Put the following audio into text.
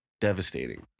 devastating